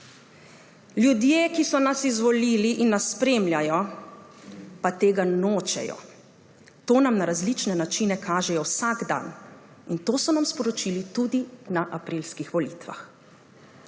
Ljudje, ki so nas izvolili in nas spremljajo, pa tega nočejo. To nam na različne načine kažejo vsak dan in to so nam sporočili tudi na aprilskih volitvah.